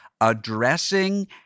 addressing